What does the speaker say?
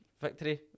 victory